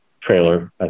trailer